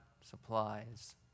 supplies